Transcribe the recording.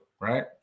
Right